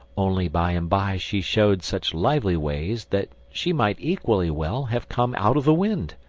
only by and by she showed such lively ways that she might equally well have come out of the wind.